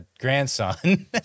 grandson